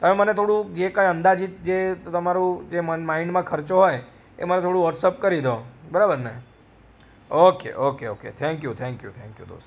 તમે મને થોડું જે કાંઇ અંદાજિત જે તમારું જે મન માઇન્ડમાં ખર્ચો હોય એ મને થોડું વૉટ્સઅપ કરી દો બરાબરને okay okay okay thank you thank you thank you thank you દોસ્ત